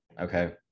Okay